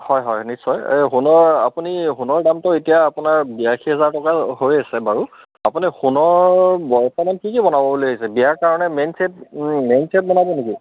হয় হয় নিশ্চয় এই সোণৰ আপুনি সোণৰ দামটো এতিয়া আপোনাৰ বিয়াশী হাজাৰ টকা হৈ আছে বাৰু আপুনি সোণৰ বৰ্তমান কি কি বনাব বুলি ভাবিছে বিয়াৰ কাৰণে মেইন ছেট মেইন ছেট বনাব নেকি